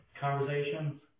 conversations